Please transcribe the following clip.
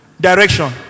Direction